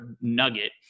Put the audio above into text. nugget